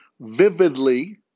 vividly